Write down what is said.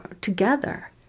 together